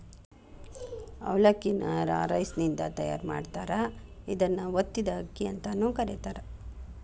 ಅವಲಕ್ಕಿ ನ ರಾ ರೈಸಿನಿಂದ ತಯಾರ್ ಮಾಡಿರ್ತಾರ, ಇದನ್ನ ಒತ್ತಿದ ಅಕ್ಕಿ ಅಂತಾನೂ ಕರೇತಾರ